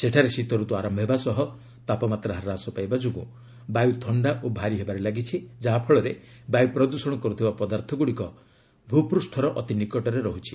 ସେଠାରେ ଶୀତରତୁ ଆରମ୍ଭ ହେବା ସହ ତାପମାତ୍ରା ହ୍ରାସ ପାଇବା ଯୋଗୁଁ ବାୟୁ ଥଣ୍ଡା ଓ ଭାରି ହେବାରେ ଲାଗିଛି ଯାହାଫଳରେ ବାୟୁ ପ୍ରଦୂଷଣ କରୁଥିବା ପଦାର୍ଥଗୁଡ଼ିକ ଭୂପୁଷ୍ଠର ଅତି ନିକଟରେ ରହୁଛି